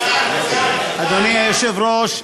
אדוני היושב-ראש,